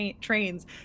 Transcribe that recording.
trains